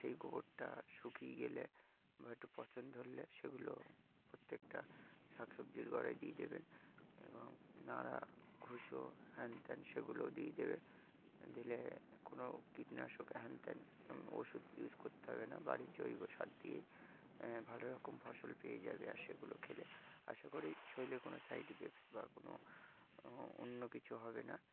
সেই গোবরটা শুকিয়ে গেলে বা একটু পচন ধরলে সেগুলো প্রত্যেকটা শাক সবজির গোড়ায় দিয়ে দেবেন এবং নাড়া ভুষো হ্যানত্যান সেগুলোও দিয়ে দেবে দিলে কোনো কীটনাশক হ্যানত্যান ওষুধ ইউজ করতে হবে না বাড়ির জৈব সার দিয়েই ভালো রকম ফসল পেয়ে যাবে আর সেগুলো খেলে আশা করি শরীরে কোনো সাইড এফেক্টস বা কোনো অন্য কিছু হবে না